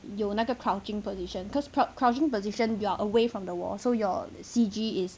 有那个 crouching position because crouching position you are away from the wall so your C_G is